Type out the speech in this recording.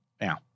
Now